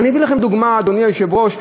אדוני היושב-ראש,